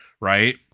right